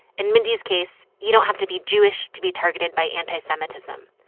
in mindy's case, you don't have to be jewish to be targeted by anti-semitism.